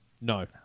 No